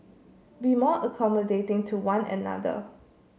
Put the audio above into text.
be more accommodating to one another